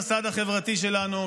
הורסת את המסד החברתי שלנו.